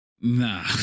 Nah